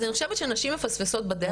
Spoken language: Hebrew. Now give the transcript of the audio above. אז אני חושבת שנשים מפספסות בדרך.